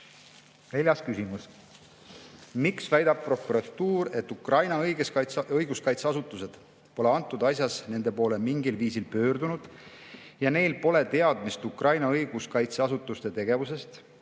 Neljas küsimus: "Miks väidab prokuratuur, et Ukraina õiguskaitseasutused pole antud asjas nende poole mingil viisil pöördunud ja neil pole teadmist Ukraina õiguskaitseasutuste tegevusest,